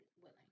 willing